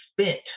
spent